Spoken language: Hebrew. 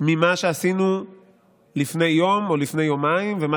ממה שעשינו לפני יום או לפני יומיים ומה